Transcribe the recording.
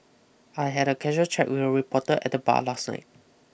I had a casual chat with a reporter at the bar last night